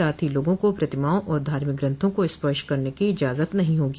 साथ ही लोगों को प्रतिमाआ और धार्मिक ग्रंथों को स्पर्श करने की इजाजत नहीं होगी